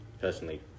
personally